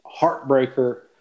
heartbreaker